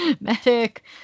medic